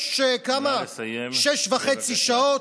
יש כמה, שש וחצי שעות?